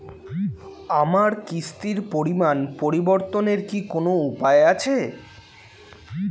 আমার কিস্তির পরিমাণ পরিবর্তনের কি কোনো উপায় আছে?